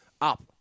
up